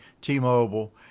T-Mobile